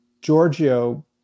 Giorgio